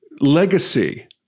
Legacy